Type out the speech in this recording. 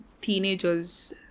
teenagers